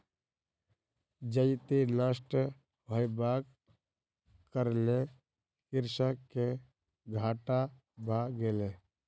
जजति नष्ट होयबाक कारणेँ कृषक के घाटा भ गेलै